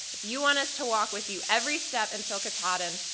if you want us to walk with you every step and so katahdin,